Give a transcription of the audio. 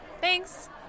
Thanks